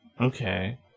Okay